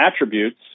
attributes